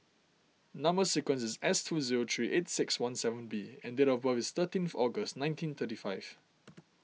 Number Sequence is S two zero three eight six one seven B and date of birth is thirteenth August nineteen thirty five